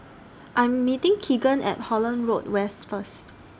I'm meeting Keagan At Holland Road West First